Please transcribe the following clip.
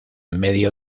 medio